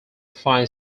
find